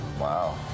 Wow